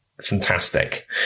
fantastic